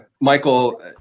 Michael